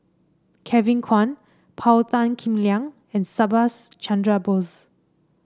Kevin Kwan Paul Tan Kim Liang and Subhas Chandra Bose